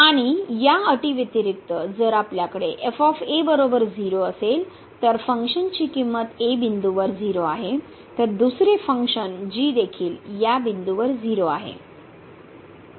आणि या अटी व्यतिरिक्त जर आपल्याकडे असेल तर फंक्शनची किंमत a बिंदूवर 0 आहे तर दुसरे फंक्शन g देखील या बिंदूवर 0 आहे